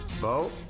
bo